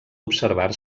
observar